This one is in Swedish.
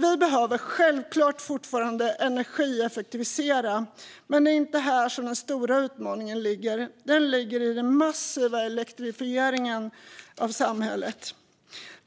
Vi behöver självklart fortfarande energieffektivisera. Men det är inte där den stora utmaningen ligger. Den ligger i den massiva elektrifieringen av samhället.